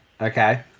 okay